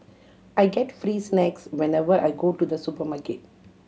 I get free snacks whenever I go to the supermarket